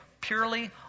purely